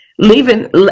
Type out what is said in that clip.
Leaving